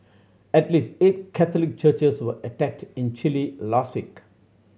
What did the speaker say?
at least eight Catholic churches were attacked in Chile last week